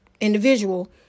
individual